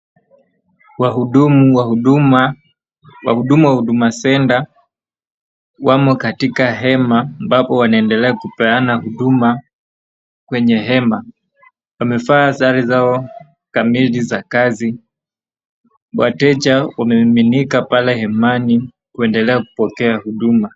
Wahudumu wa huduma, wahudumu wa huduma center wamo katika hema ambapo wanaendelea kupeana huduma kwenye hema. Wamevaa sare zao kamili za kazi. Wateja wamemiminika pale hemani kuendelea kupokea huduma.